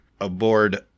Aboard